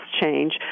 change